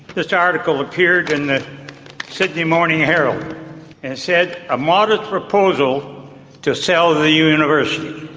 this article appeared in the sydney morning herald and it said, a modest proposal to sell the university.